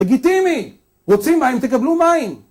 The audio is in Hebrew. לגיטימי! רוצים מים - תקבלו מים!